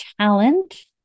challenge